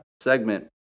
segment